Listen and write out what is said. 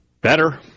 Better